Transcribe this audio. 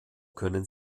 können